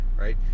Right